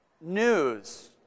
news